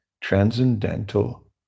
transcendental